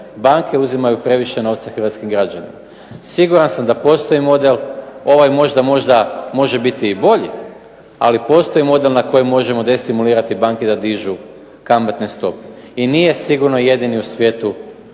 banke uzimaju previše novca hrvatskim građanima. Siguran sam da postoji model, ovaj možda može biti i bolji, ali postoji model na kojem možemo destimulirati banke da dižu kamatne stope. I nije sigurno jedini u svijetu